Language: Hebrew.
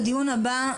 לדיון הבא,